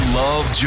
love